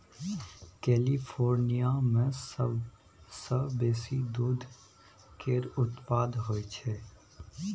California मे सबसँ बेसी दूध केर उत्पाद होई छै